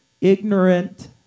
ignorant